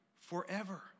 forever